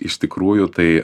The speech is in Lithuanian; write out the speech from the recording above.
iš tikrųjų tai